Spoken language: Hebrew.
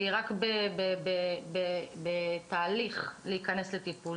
היא רק בתהליך להיכנס לטיפול.